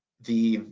the